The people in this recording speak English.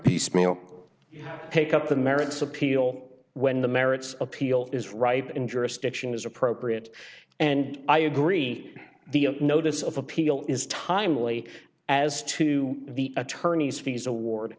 piecemeal pick up the merits appeal when the merits appeal is ripe interest action is appropriate and i agree the notice of appeal is timely as to the attorneys fees award